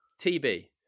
TB